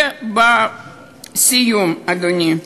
ולסיום, אדוני,